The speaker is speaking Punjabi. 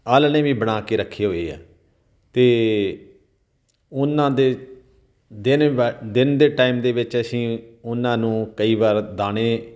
ਆਲ੍ਹਣੇ ਵੀ ਬਣਾ ਕੇ ਰੱਖੇ ਹੋਏ ਆ ਅਤੇ ਉਹਨਾਂ ਦੇ ਦਿਨ ਵ ਦਿਨ ਦੇ ਟਾਈਮ ਦੇ ਵਿੱਚ ਅਸੀਂ ਉਹਨਾਂ ਨੂੰ ਕਈ ਵਾਰ ਦਾਣੇ